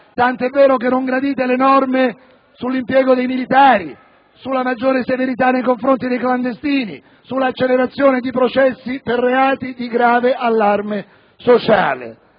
tant' è vero che non gradite le norme sull'impiego dei militari, sulla maggiore severità nei confronti dei clandestini, sull'accelerazione dei processi per reati di grave allarme sociale.